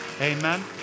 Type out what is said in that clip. Amen